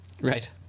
Right